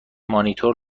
مانیتور